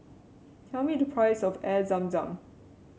tell me the price of Air Zam Zam